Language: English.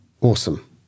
Awesome